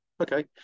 Okay